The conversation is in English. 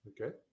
Okay